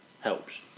helps